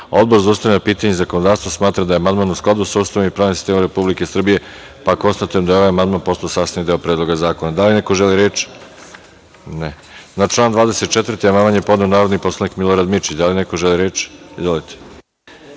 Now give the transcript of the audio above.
Odbor za ustavna pitanja i zakonodavstvo smatra da je amandman u skladu sa Ustavom i pravnim sistemom Republike Srbije. Konstatuje da je ovaj amandman postao sastavni deo Predloga zakona. Da li neko želi reč? (Ne.)Na član 24. amandman je podneo narodni poslanik Milorad Mirčić. Da li neko želi reč? Izvolite.